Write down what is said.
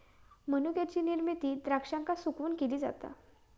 मनुक्याची निर्मिती द्राक्षांका सुकवून केली जाता